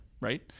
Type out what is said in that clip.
right